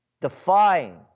defying